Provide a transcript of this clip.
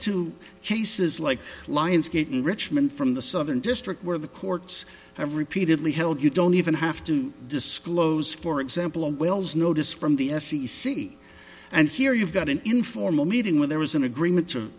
to cases like lionsgate in richmond from the southern district where the courts have repeatedly held you don't even have to disclose for example a wells notice from the f c c and here you've got an informal meeting with there was an agreement to